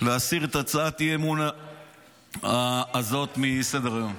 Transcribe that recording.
להסיר את הצעת האי-אמון הזאת מסדר-היום.